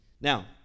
Now